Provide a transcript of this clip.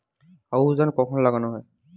আউশ ধান কখন লাগানো হয়?